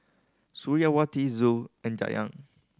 Suriawati Zul and Dayang